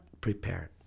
prepared